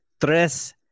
tres